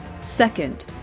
Second